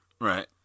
Right